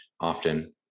often